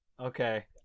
Okay